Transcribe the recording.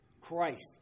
Christ